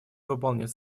выполнять